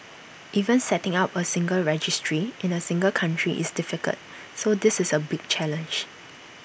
even setting up A single registry in A single country is difficult so this is A big challenge